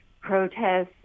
protests